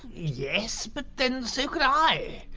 yes, but then so could i!